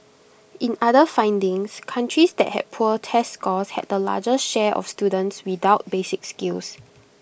in other findings countries that had poor test scores had the largest share of students without basic skills